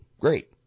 Great